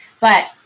but-